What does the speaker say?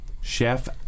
Chef